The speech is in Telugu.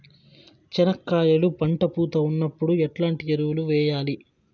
చెనక్కాయలు పంట పూత ఉన్నప్పుడు ఎట్లాంటి ఎరువులు వేయలి?